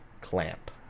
clamp